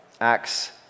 Acts